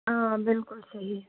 اۭں بلکُل صحیح